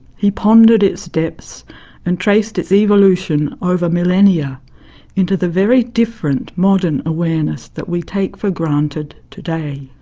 he pondered its depths and traced its evolution over millennia into the very different modern awareness that we take for granted today.